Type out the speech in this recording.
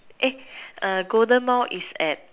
golden Mall is at